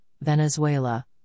Venezuela